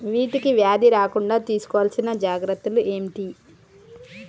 వీటికి వ్యాధి రాకుండా తీసుకోవాల్సిన జాగ్రత్తలు ఏంటియి?